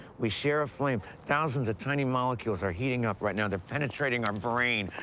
we share a flame. thousands of tiny molecules are heating up right now. they're penetrating our brain.